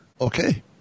Okay